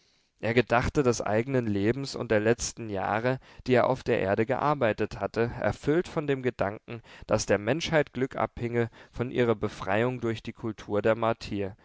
er gedachte des eigenen lebens und der letzten jahre die er auf der erde gearbeitet hatte erfüllt von dem gedanken daß der menschheit glück abhinge von ihrer befreiung durch die kultur der